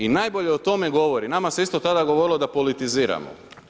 I najbolje o tome govori, nama se isto tada govorilo da politiziramo.